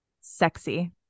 Sexy